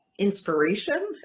inspiration